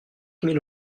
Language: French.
mille